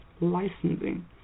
licensing